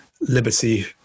liberty